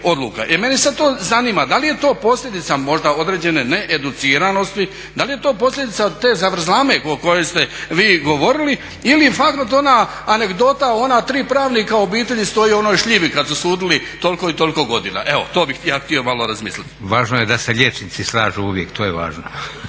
Mene sad to zanima da li je to posljedica možda određene needuciranosti, da li je to posljedica te zavrzlame o kojoj ste vi govorili ili je … ona anegdota, ona tri pravnika u obitelji stoje u onoj šljivi kad su sudili toliko i toliko godina. Evo to bih ja htio malo razmisliti. **Leko, Josip (SDP)** Važno je da se liječnici slažu uvijek, to je važno.